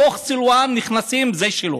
בתוך סלוואן נכנסים, זה שלו.